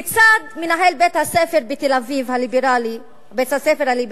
כיצד מנהל בית-הספר בתל-אביב, הליברלי,